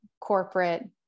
corporate